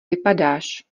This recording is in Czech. vypadáš